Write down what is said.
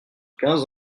quinze